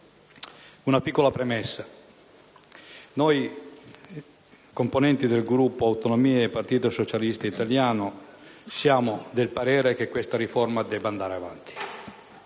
una piccola premessa. Noi componenti del Gruppo Autonomie e Partito socialista italiano siamo del parere che questa riforma debba andare avanti.